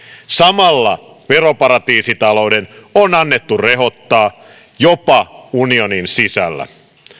samalla veroparatiisitalouden on annettu rehottaa jopa unionin sisällä